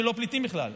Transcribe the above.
שהם לא פליטים בכלל.